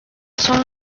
són